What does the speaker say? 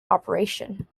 operation